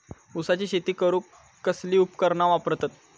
ऊसाची शेती करूक कसली उपकरणा वापरतत?